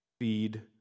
feed